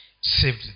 saved